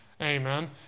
Amen